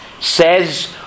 Says